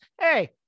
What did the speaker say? Hey